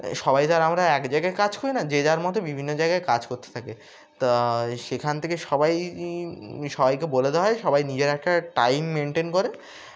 সবাই তার আমরা এক জায়গায় কাজ করি না যে যার মতো বিভিন্ন জায়গায় কাজ করতে থাকে তা সেখান থেকে সবাই সবাইকে বলে দেওয়া হয় সবাই নিজের একটা টাইম মেনটেন করে